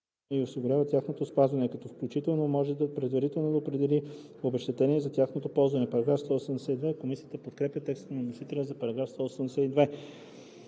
и осигурява тяхното спазване, като включително може предварително да определи обезщетение за тяхното неспазване.“ Комисията подкрепя текста на вносителя за § 182.